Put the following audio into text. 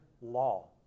law